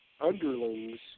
underlings